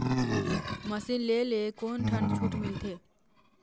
Machine ले ले कोन ठन छूट मिलथे?